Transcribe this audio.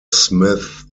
smith